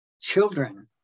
children